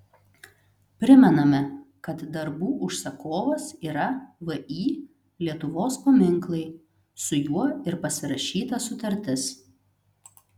primename kad darbų užsakovas yra vį lietuvos paminklai su juo ir pasirašyta sutartis